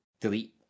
delete